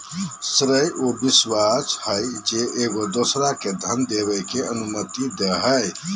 श्रेय उ विश्वास हइ जे एगो दोसरा के धन देबे के अनुमति दे हइ